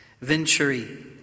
Venturi